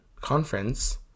conference